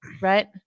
right